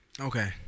Okay